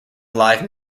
live